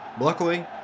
Luckily